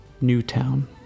Newtown